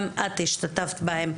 גם את השתתפת בהן,